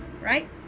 right